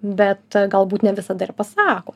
bet galbūt ne visada ir pasako